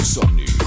Sony